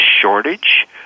shortage